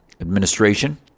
administration